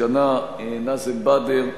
וסגנה נאזם בדר,